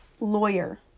lawyer